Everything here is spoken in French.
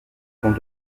vont